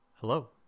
hello